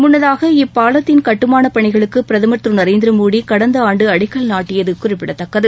முன்னதாக இப்பாலத்தின் கட்டுமானப்பணிகளுக்கு பிரதமர் திரு நரேந்திரமோடி கடந்த ஆண்டு அடிக்கல் நாட்டியது குறிப்பிடத்தக்கது